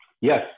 Yes